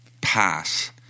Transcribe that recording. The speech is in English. pass